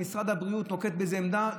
אם משרד הבריאות נוקט איזו עמדה,